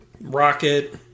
Rocket